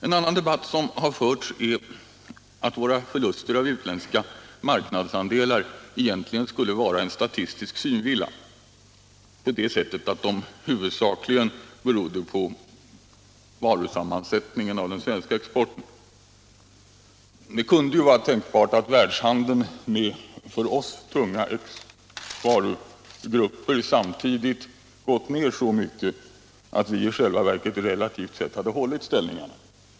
En annan debatt som har förts gäller att våra förluster av utländska marknadsandelar egentligen skulle vara en statistisk synvilla på det sättet att de huvudsakligen berodde på den svenska exportens varusammansättning. Det skulle vara tänkbart att världshandeln med för oss tunga exportvarugrupper minskat så kraftigt att vi relativt sett i själva verket hållit våra ställningar.